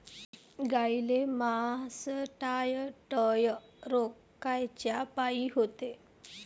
गाईले मासटायटय रोग कायच्यापाई होते?